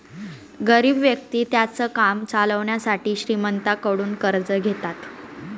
गरीब व्यक्ति त्यांचं काम चालवण्यासाठी श्रीमंतांकडून कर्ज घेतात